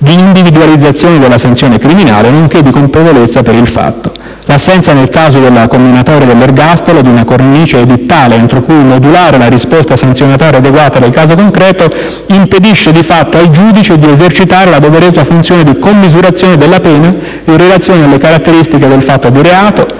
di individualizzazione della sanzione criminale, nonché di colpevolezza per il fatto. L'assenza, nel caso della comminatoria dell'ergastolo, di una cornice edittale entro cui modulare la risposta sanzionatoria adeguata al caso concreto, impedisce di fatto al giudice di esercitare la doverosa funzione di commisurazione della pena, in relazione alle caratteristiche del fatto di reato,